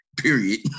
period